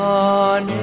on.